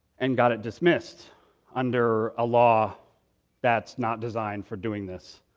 and got it dismissed under a law that's not designed for doing this.